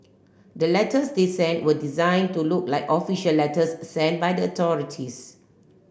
the letters they sent were designed to look like official letters sent by the authorities